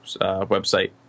website